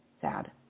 sad